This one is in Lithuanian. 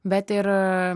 bet ir